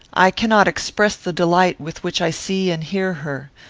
i cannot express the delight with which i see and hear her.